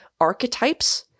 archetypes